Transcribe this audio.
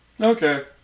Okay